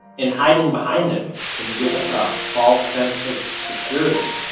and hiding behind them can give us a false sense of security